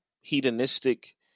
hedonistic